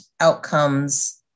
outcomes